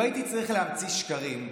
לא הייתי צריך להמציא שקרים,